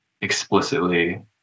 explicitly